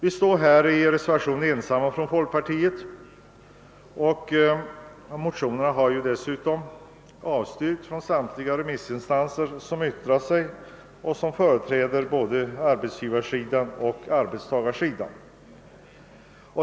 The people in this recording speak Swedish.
Vi folkpartister står ensamma för reservationen, och våra motioner har dessutom avstyrkts av samtliga remissinstanser som företräder arbetsgivarsidan och arbetstagarsidan.